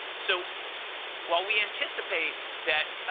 so while we anticipate that